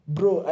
Bro